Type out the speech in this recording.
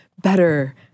better